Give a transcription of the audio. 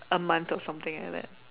A month or something like that